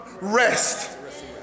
rest